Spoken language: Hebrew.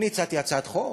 אני הצעתי הצעת חוק